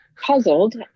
puzzled